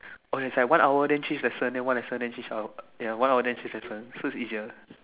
oh yeah it's like one hour then change lesson then one lesson then change hour ya one hour then change lesson so it's easier